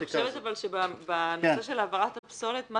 אני חושבת שבנושא של העברת הפסולת,